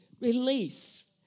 release